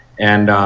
and